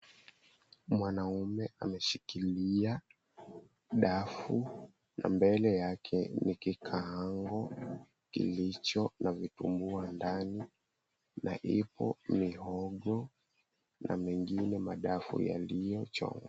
Mwanaume ameshikilia dafu na mbele yake ni kikaango kilicho na vitumbua ndani na ipo mihogo na mengine madafu yaliyochomwa.